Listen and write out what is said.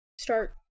start